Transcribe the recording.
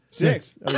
Six